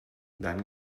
then